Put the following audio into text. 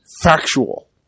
factual